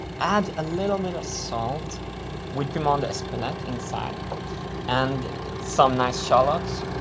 add a little bit of salt with piment d'espelette inside and some nice shallots,